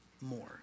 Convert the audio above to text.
more